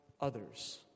others